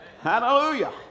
Hallelujah